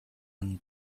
and